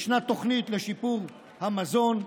ישנה תוכנית לשיפור המזון,